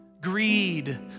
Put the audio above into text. greed